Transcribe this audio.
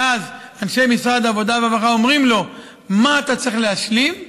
ואז אנשי משרד העבודה והרווחה אומרים לו מה הוא צריך להשלים.